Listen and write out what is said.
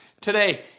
Today